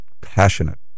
passionate